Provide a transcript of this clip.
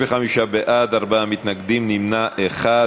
35 בעד, ארבעה מתנגדים, נמנע אחד.